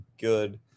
good